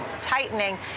tightening